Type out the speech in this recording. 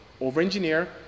over-engineer